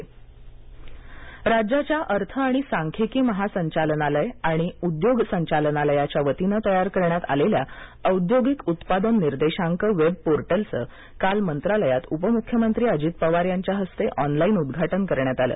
औद्योगिक निर्देशांक राज्याच्या अर्थ आणि सांख्यिकी महासंचालनालय आणि उद्योग संचालनालयाच्या वतीनं तयार करण्यात आलेल्या औद्योगिक उत्पादन निर्देशांक वेब पोर्टलचं काल मंत्रालयात उपमुख्यमंत्री अजित पवार यांच्या हस्ते ऑनलाईन उद्घाटन करण्यात आलं